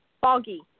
Foggy